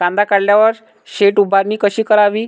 कांदा काढल्यावर शेड उभारणी कशी करावी?